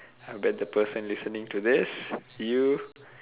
I bet the person listening to this you